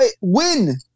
win